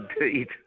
indeed